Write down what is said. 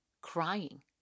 crying